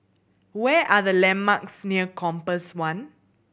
where are the landmarks near Compass One